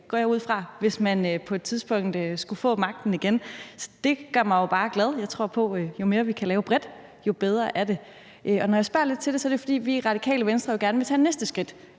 går jeg ud fra, hvis man på et tidspunkt skulle få magten igen. Det gør mig bare glad. Jeg tror på, at jo mere, vi kan lave bredt, jo bedre er det. Når jeg spørger lidt til det, er det, fordi vi i Radikale Venstre gerne vil tage næste skridt,